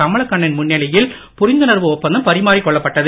கமலக்கண்ணன் முன்னிலையில் புரிந்துணர்வு ஒப்பந்தம் பரிமாறிக் கொள்ளப்பட்டது